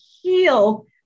heal